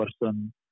person